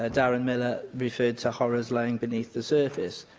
ah darren millar referred to horrors lying beneath the surface.